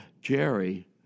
Jerry